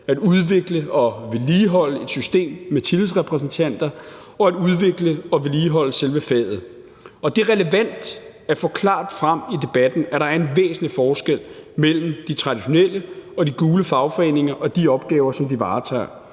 at udvikle og vedligeholde et system med tillidsrepræsentanter og at udvikle og vedligeholde selve faget. Det er relevant at få klart frem i debatten, at der er en væsentlig forskel mellem de traditionelle fagforeninger og de gule fagforeninger og de opgaver, som de varetager.